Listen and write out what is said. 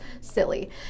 silly